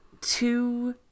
two